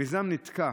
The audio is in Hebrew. המיזם נתקע